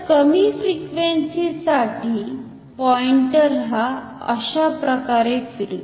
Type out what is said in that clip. तर कमी फ्रिक्वेन्सी साठी पॉइंटर हा अशाप्रकारे फिरतो